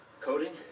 Coding